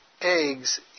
eggs